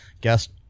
guest